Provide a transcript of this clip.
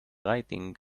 writing